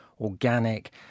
organic